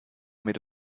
mit